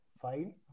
fine